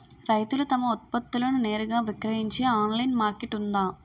రైతులు తమ ఉత్పత్తులను నేరుగా విక్రయించే ఆన్లైన్ మార్కెట్ ఉందా?